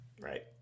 Right